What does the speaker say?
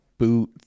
boot